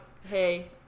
hey